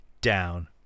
down